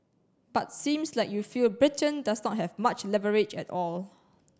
but seems like you feel Britain does not have much leverage at all